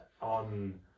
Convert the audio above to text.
On